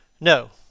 No